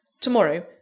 To-morrow